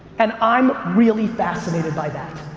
and i'm really fascinated by that.